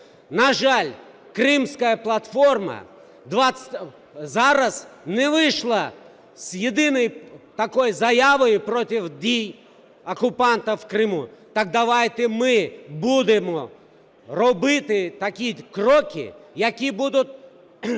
На жаль, Кримська платформа зараз не вийшла з єдиною такою заявою проти дій окупантів в Криму. Так давайте ми будемо робити такі кроки, які будуть